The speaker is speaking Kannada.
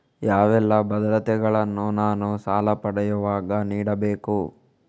ಯಾವೆಲ್ಲ ಭದ್ರತೆಗಳನ್ನು ನಾನು ಸಾಲ ಪಡೆಯುವಾಗ ನೀಡಬೇಕು?